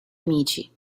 amici